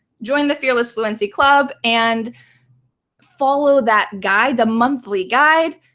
join the fearless fluency club and follow that guide, the monthly guide.